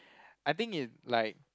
I think it like